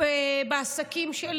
המחיר בעלי העסקים.